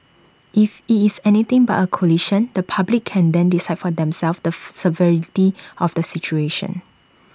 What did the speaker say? if IT is anything but A collision the public can then decide for themselves the severity of the situation